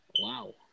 Wow